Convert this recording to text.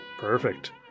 Perfect